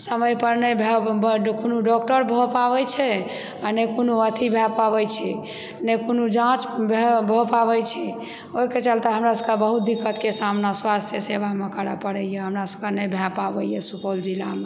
समय पर नहि भए कोनो डॉक्टर भए पाबै छै आ नहि कोनो अथी भए पाबै छै नहि कोनो जाँच भए पाबै छै ओहिके चलते हमरा सबकेँ बहुत दिक्कतके सामना स्वास्थ्य सेवामे करए पड़ैए हमरा सबकेँ नहि भए पाबैए सुपौल जिलामे